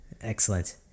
excellent